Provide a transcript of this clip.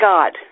God